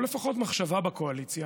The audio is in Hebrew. או לפחות מחשבה בקואליציה,